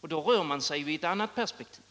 Då rör man sig i ett annat perspektiv.